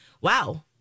wow